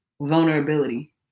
vulnerability